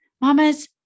Mamas